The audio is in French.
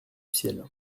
ciel